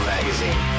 Magazine